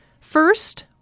First